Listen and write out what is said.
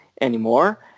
anymore